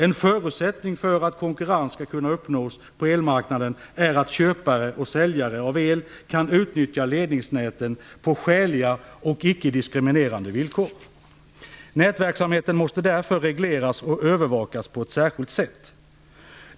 En förutsättning för att konkurrens skall kunna uppnås på elmarknaden är att köpare och säljare av el kan utnyttja ledningsnäten på skäliga och ickediskriminerande villkor. Nätverksamheten måste därför regleras och övervakas på ett särskilt sätt.